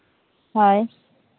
ᱦᱳᱭ